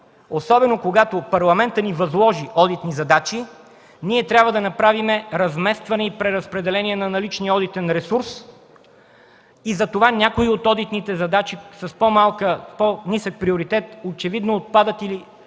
особено когато Парламентът ни възложи одитни задачи, ние трябва да направим разместване и преразпределение на наличния одитен ресурс и затова някои от одитните задачи с по-нисък приоритет очевидно отпадат или